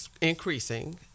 increasing